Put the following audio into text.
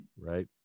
right